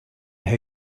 how